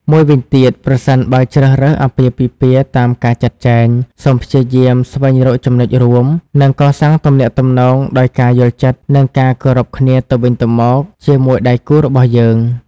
មួយវិញទៀត ប្រសិនបើជ្រើសរើសអាពាហ៍ពិពាហ៍តាមការចាត់ចែង សូមព្យាយាមស្វែងរកចំណុចរួម និងកសាងទំនាក់ទំនងដោយការយល់ចិត្ត និងការគោរពគ្នាទៅវិញទៅមកជាមួយដៃគូរបស់យើង។